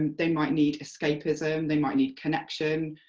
they might need escapism, they might need connection,